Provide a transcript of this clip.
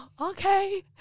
okay